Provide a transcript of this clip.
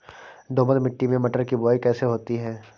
दोमट मिट्टी में मटर की बुवाई कैसे होती है?